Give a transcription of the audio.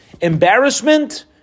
Embarrassment